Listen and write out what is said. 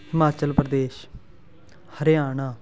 Himachal Pradesh Haryana